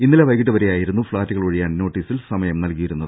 ഇന്നലെ വൈകിട്ടുവരെയായിരുന്നു ഫ്ളാറ്റുകൾ ഒഴി യാൻ നോട്ടീസിൽ സമയം നൽകിയിരുന്നത്